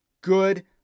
good